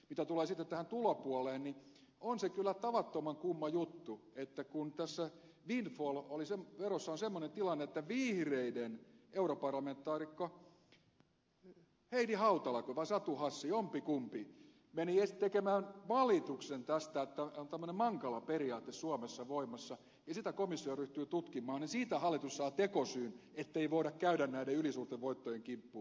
mitä tulee sitten tähän tulopuoleen niin on se kyllä tavattoman kumma juttu että kun tässä windfall verossa on semmoinen tilanne että vihreiden europarlamentaarikko heidi hautala vaiko satu hassi jompikumpi meni tekemään valituksen tästä että on tämmöinen mankala periaate suomessa voimassa ja sitä komissio ryhtyy tutkimaan niin siitä hallitus saa tekosyyn ettei voida käydä näiden ylisuurten voittojen kimppuun